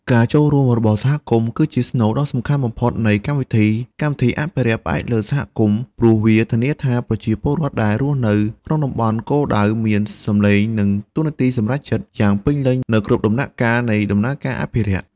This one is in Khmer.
ការចូលរួមរបស់សហគមន៍ គឺជាស្នូលដ៏សំខាន់បំផុតនៃកម្មវិធី កម្មវិធីអភិរក្សផ្អែកលើសហគមន៍ ព្រោះវាធានាថាប្រជាពលរដ្ឋដែលរស់នៅក្នុងតំបន់គោលដៅមាន សំឡេង និង តួនាទីសម្រេចចិត្ត យ៉ាងពេញលេញនៅក្នុងគ្រប់ដំណាក់កាលនៃដំណើរការអភិរក្ស។